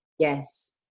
Yes